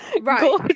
right